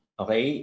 okay